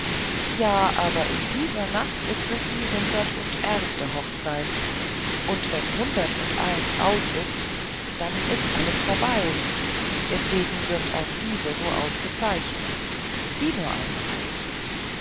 ja aber in dieser nacht ist es die hundert und erste hochzeit und wenn hundert und eins aus ist dann ist alles vorbei deswegen wird auch diese so ausgezeichnet sieh nur einmal